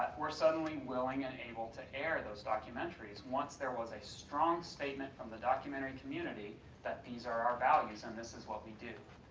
were suddenly willing and able to air those documentaries once there was a strong statement from the documentary community that these are our values and this is what we do.